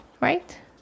Right